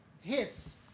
hits